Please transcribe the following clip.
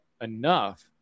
enough